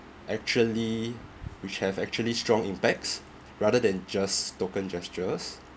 actually which have actually strong impacts rather than just token gestures